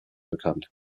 bekannt